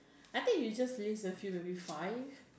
I think you just list a few maybe five